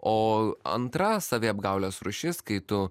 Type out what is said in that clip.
o antra saviapgaulės rūšis kai tu